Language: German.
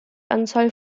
anzahl